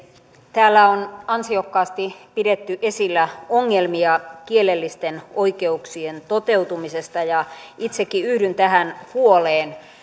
täällä on ansiokkaasti pidetty esillä ongelmia kielellisten oikeuksien toteutumisessa ja ja itsekin yhdyn tähän huoleen